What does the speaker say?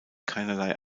keinerlei